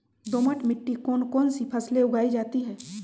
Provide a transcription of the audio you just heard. दोमट मिट्टी कौन कौन सी फसलें उगाई जाती है?